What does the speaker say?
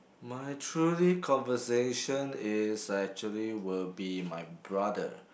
my truly conversation is actually will be my brother